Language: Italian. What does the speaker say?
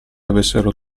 avessero